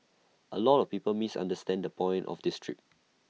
A lot of people misunderstand the point of this trip